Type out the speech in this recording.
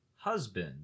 Husband